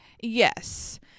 Yes